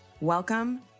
Welcome